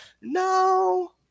no